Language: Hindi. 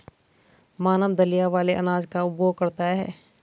मानव दलिया वाले अनाज का उपभोग करता है